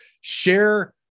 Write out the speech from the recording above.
share